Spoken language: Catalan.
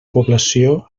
població